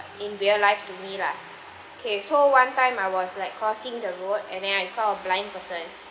in real life to me lah kay so one time I was like crossing the road and then I saw a blind person